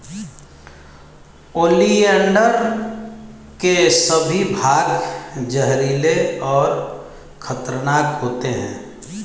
oleander के सभी भाग जहरीले और खतरनाक होते हैं